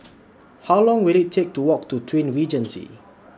How Long Will IT Take to Walk to Twin Regency